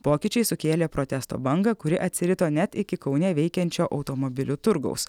pokyčiai sukėlė protesto bangą kuri atsirito net iki kaune veikiančio automobilių turgaus